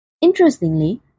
Interestingly